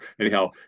Anyhow